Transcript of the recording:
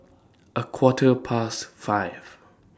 A Quarter Past five